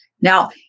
Now